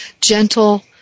gentle